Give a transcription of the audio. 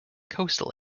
coastal